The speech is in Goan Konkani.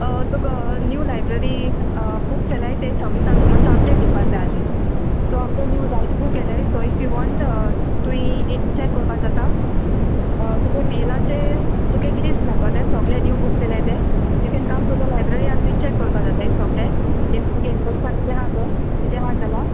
तुका न्यू लायब्ररी बुक्स येलाय ते सिर्वीसां तुक मातशें अप्डेट दिवपा जाय आहली सो आमको न्यू जायते बूक येलाय सो इफ यू वॉन्ट तुंय एक चॅक कोरपा जाता तुगे मेलाचे तुक एक लिस्ट मेळटोलें सोगले न्यू बुक्स येलाय ते you can come to the library आनी तुज्यान चॅक कोरपा जाता सोगले एक तुगे इंट्रस्टा कितें आहा तर कितें आहा जाल्यार